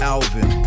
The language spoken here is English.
Alvin